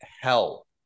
hell